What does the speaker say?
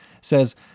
says